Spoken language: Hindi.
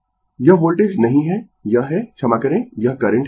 Refer Slide Time 1234 यह वोल्टेज नहीं है यह है क्षमा करें यह करंट है